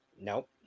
nope